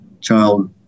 child